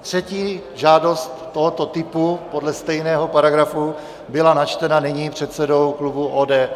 Třetí žádost tohoto typu podle stejného paragrafu byla načtena nyní předsedou klubu ODS.